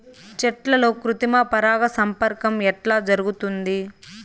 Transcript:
చెట్లల్లో కృత్రిమ పరాగ సంపర్కం ఎట్లా జరుగుతుంది?